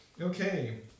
Okay